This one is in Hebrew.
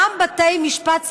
גם בתי משפט צבאיים,